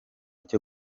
cyo